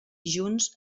junts